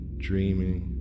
dreaming